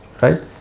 Right